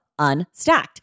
Unstacked